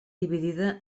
dividida